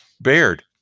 Baird